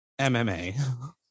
MMA